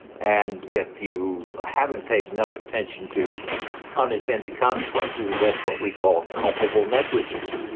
and if you haven't paid enough attention to unintended consequences, that's what we call culpable negligence.